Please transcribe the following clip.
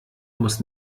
muss